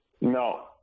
No